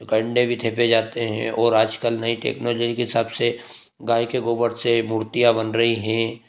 कंडे भी थेपे जाते हैं और आज कल नइ टेक्नोलॉजी के हिसाब से गाय के गोबर से मूर्तियाँ बन रही है